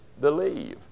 believe